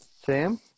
Sam